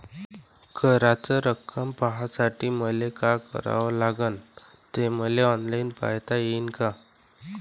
कराच रक्कम पाहासाठी मले का करावं लागन, ते मले ऑनलाईन पायता येईन का?